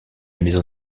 maison